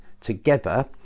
together